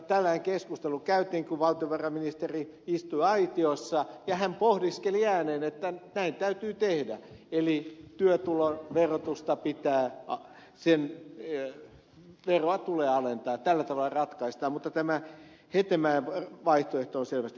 tällainen keskustelu käytiin kun valtiovarainministeri istui aitiossa ja hän pohdiskeli ääneen että näin täytyy tehdä eli työtulon verotusta sen veroa tulee alentaa ja tällä tavalla ratkaistaan mutta tämä hetemäen vaihtoehto on selvästi parempi